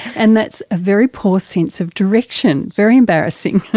and that's a very poor sense of direction. very embarrassing.